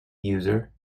user